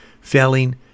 failing